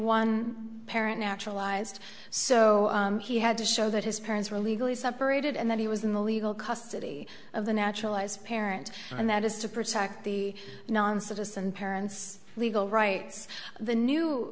one parent naturalized so he had to show that his parents were legally separated and that he was in the legal custody of the naturalized parent and that is to protect the non citizen parents legal rights the new